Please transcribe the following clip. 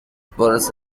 برس